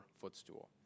footstool